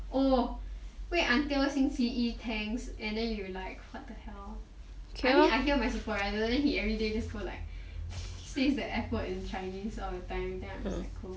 oh wait until 星期一 thanks and then you like what the hell I mean I hear my supervisor then he everyday just go like says the f word in chinese all the time then I'm just like cool